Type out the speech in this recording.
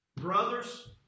Brothers